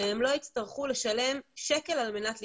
שהם לא יצטרכו לשלם שקל על-מנת לחיות.